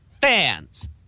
fans